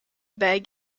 bag